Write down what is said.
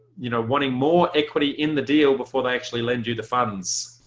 you know wanting more equity in the deal before they actually lend you the funds.